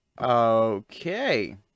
Okay